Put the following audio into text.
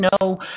no